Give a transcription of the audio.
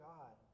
God